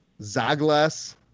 Zaglas